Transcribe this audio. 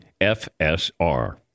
FSR